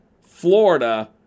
Florida